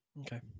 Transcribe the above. Okay